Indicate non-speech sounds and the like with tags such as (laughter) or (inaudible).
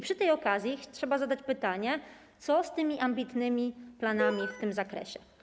Przy tej okazji trzeba zadać pytanie: Co z tymi ambitnymi planami (noise) w tym zakresie?